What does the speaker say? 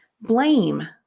blame